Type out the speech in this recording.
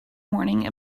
morning